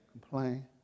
complain